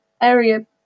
area